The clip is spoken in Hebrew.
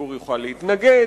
הציבור יוכל להתנגד,